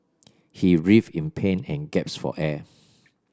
he writhed in pain and for air